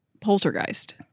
poltergeist